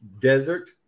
Desert